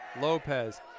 Lopez